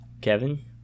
Kevin